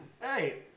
hey